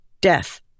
death